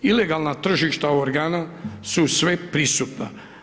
Ilegalno tržišta organa su sve prisutna.